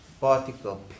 particle